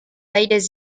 aires